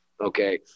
Okay